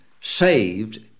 saved